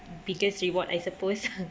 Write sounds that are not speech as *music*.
biggest reward I suppose *laughs*